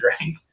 right